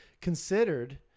considered